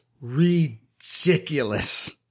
ridiculous